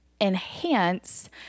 enhance